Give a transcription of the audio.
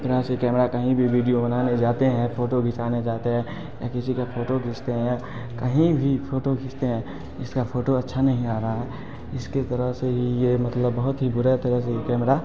तरह से कैमरा कहीं भी वीडियो बनाने जाते हैं फोटो खींचाने जाते हैं किसी का फोटो खींचते हैं कहीं भी फोटो खींचते हैं इसका फोटो अच्छा नहीं आ रहा है इसकी तरह से ये मतलब बहुत ही बुरी तरह से कैमरा